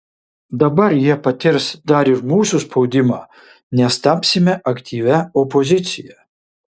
dabar jie patirs dar ir mūsų spaudimą nes tapsime aktyvia opozicija